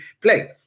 play